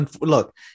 look